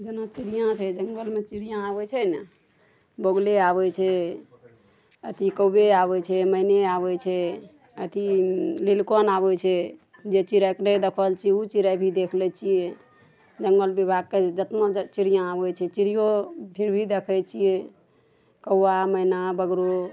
जेना चिड़िऑं छै जङ्गलमे चिड़िऑं आबै छै ने बगुले आबै छै अथी कौए आबै छै मैने आबै छै अथी लिलकंठ आबै छै जे चिड़ैके नहि देखने छियै ओ चिड़ै भी देख लै छियै जङ्गल बिभागके जतेक चिड़िऑं आबै छै चिड़िओ फिर भी देखै छियै कौआ मैना बगरो